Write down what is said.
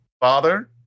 father